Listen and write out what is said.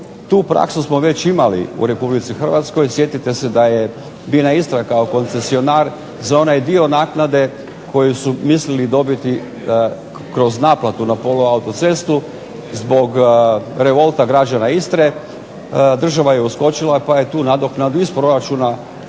Tu praksu smo već imali u RH. Sjetite se da je … /Govornik se ne razumije./… Istra kao koncesionar za onaj dio naknade koju su mislili dobiti kroz naplatu na poluautocestu zbog revolta građana Istre država je uskočila pa je tu nadoknadu iz proračuna